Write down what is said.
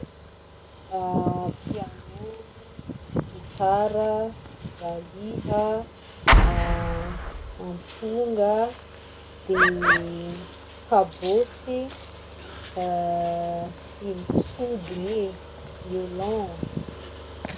Piano o, gitara, valiha, amponga, de kabosy ino koa sidigny e, violon.